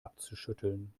abzuschütteln